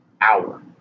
hour